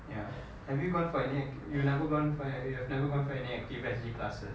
ya have you gone for any active you never gone for you have never gone for an active S_G classes